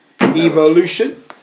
Evolution